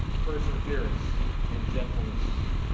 perseverance and gentleness